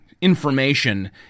information